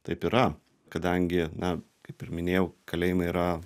taip yra kadangi na kaip ir minėjau kalėjimai yra